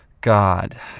God